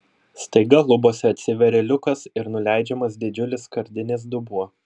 staiga lubose atsiveria liukas ir nuleidžiamas didžiulis skardinis dubuo